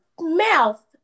mouth